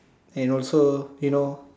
and also you know